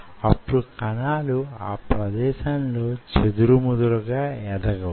అప్పుడు కణాలు ఆ ప్రదేశంలో చెదురు మదురుగా ఎదగవు